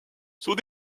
sont